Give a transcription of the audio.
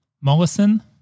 Mollison